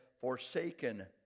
forsaken